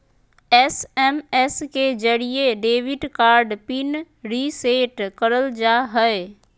SMS के जरिये debit card pin reset करल जा हय